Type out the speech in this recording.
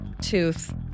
Tooth